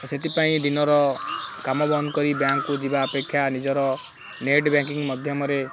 ସେଥିପାଇଁ ଦିନର କାମ ବନ୍ଦ କରି ବ୍ୟାଙ୍କକୁ ଯିବା ଅପେକ୍ଷା ନିଜର ନେଟ୍ ବ୍ୟାଙ୍କିଙ୍ଗ ମାଧ୍ୟମରେ